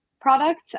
product